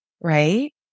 right